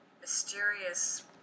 mysterious